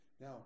Now